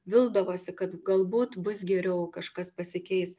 vildavosi kad galbūt bus geriau kažkas pasikeis